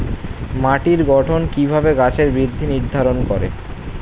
মাটির গঠন কিভাবে গাছের বৃদ্ধি নির্ধারণ করে?